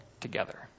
together